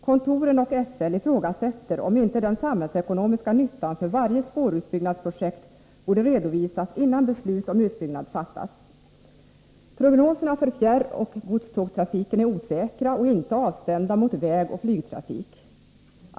Kontoren och SL ifrågasätter om inte den samhällsekonomiska nyttan för varje spårutbyggnadsprojekt borde redovisas innan beslut om utbyggnad fattas. Prognoserna för fjärroch godstågstrafiken är osäkra och inte avstämda mot vägoch flygtrafik.